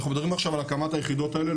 אנחנו מדברים עכשיו על הקמת היחידות האלה.